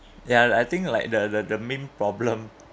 ya I think like the the the main problem